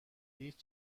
هیچ